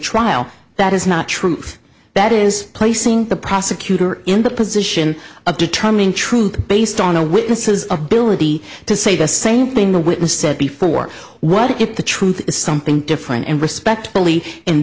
trial that is not truth that is placing the prosecutor in the position of determining truth based on a witness's ability to say the same thing the witness said before what if the truth is something different and respectfully in